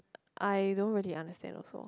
I don't really understand also